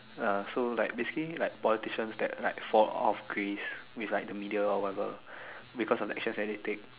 uh so like basically like politicians that like fall off Grace with like the media or whatever because of the actions that they take